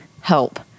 help